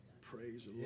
Praise